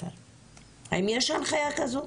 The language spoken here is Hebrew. האם יש הנחיה כזו?